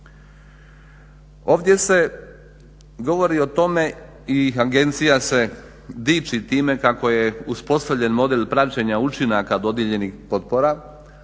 Ovdje se govori o tome i agencija se diči time kako je uspostavljen model praćenja učinaka dodijeljenih potpora